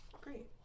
Great